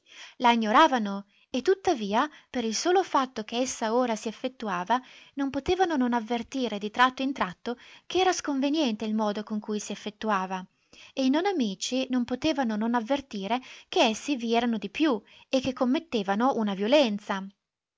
la ignoravano e tuttavia per il solo fatto che essa ora si effettuava non potevano non avvertire di tratto in tratto che era sconveniente il modo con cui si effettuava e i non amici non potevano non avvertire che essi vi erano di più e che commettevano una violenza